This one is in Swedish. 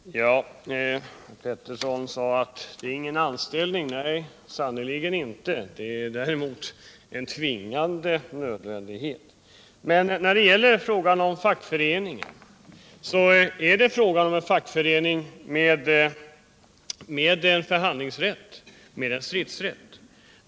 Herr talman! Per Petersson sade att det inte är fråga om någon anställning. Nej, sannerligen inte. Däremot är det en tvingande nödvändighet. Det är fråga om en fackförening med förhandlingsrätt och stridsrätt.